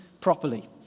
properly